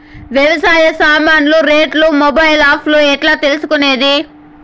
వ్యవసాయ సామాన్లు రేట్లు మొబైల్ ఆప్ లో ఎట్లా తెలుసుకునేది?